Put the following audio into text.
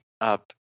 up